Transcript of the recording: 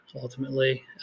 ultimately